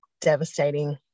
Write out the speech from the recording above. devastating